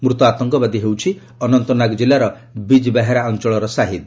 ମୃତ ଆତଙ୍କବାଦୀ ହେଉଛି ଅନନ୍ତନାଗ ଜିଲ୍ଲାର ବିଜବେହାରା ଅଞ୍ଚଳର ସାହିଦ